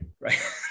right